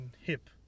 Hip